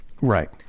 right